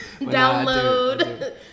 download